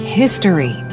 history